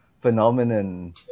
phenomenon